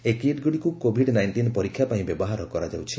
ଏହି କିଟ୍ଗୁଡ଼ିକୁ COVID nineteen ପରୀକ୍ଷାପାଇଁ ବ୍ୟବହାର କରାଯାଉଛି